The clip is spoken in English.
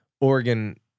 Oregon